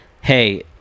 hey